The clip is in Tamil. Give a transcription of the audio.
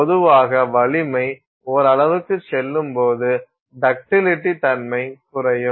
எனவே பொதுவாக வலிமை ஓரளவுக்குச் செல்லும்போது டக்டிலிடி தன்மை குறையும்